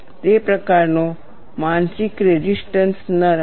તે પ્રકારનો માનસિક રેઝિસ્ટન્સ ન રાખો